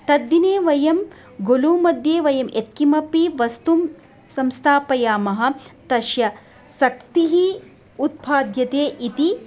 तद्दिने वयं गोलुमध्ये वयं यत्किमपि वस्तुं संस्थापयामः तस्य शक्तिः उत्पाद्यते इति